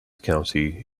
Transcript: county